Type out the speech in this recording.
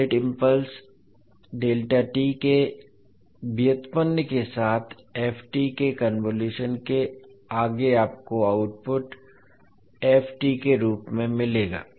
unit impulse के व्युत्पन्न के साथ के कन्वोलुशन के आगे आपको आउटपुट के रूप में मिलेगा